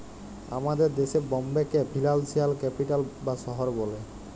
আমাদের দ্যাশে বম্বেকে ফিলালসিয়াল ক্যাপিটাল বা শহর ব্যলে